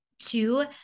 two